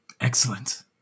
Excellent